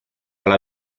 alla